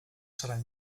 seran